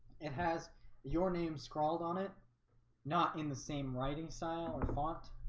it has your name scrawled on it not in the same writing sign or the font,